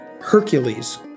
Hercules